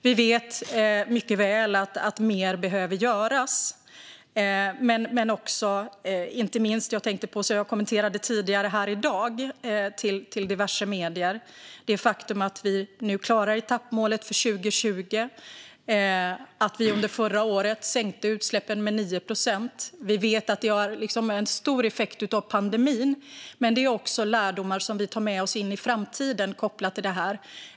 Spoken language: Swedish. Vi vet mycket väl att mer behöver göras, men det är också ett faktum - vilket jag tidigare kommenterade här i dag till diverse medier - att vi nu klarar etappmålet för 2020 och att vi under förra året sänkte utsläppen med 9 procent. Vi vet att det till stor del är en effekt av pandemin, men det är också lärdomar som vi tar med oss in i framtiden kopplat till detta.